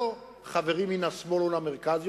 לא חברים מן השמאל או מהמרכז,